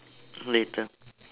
later